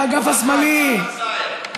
באגף השמאלי,